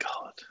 god